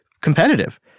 competitive